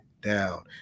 down